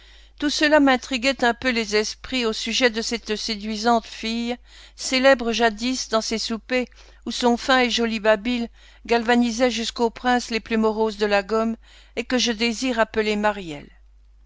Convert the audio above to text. tout cela m'intriguait un peu les esprits au sujet de cette séduisante fille célèbre jadis dans ces soupers où son fin et joli babil galvanisait jusqu'aux princes les plus moroses de la gomme et que je désire appeler maryelle